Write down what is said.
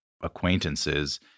acquaintances